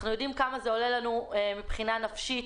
אנחנו יודעים כמה זה עולה לנו מבחינה נפשית,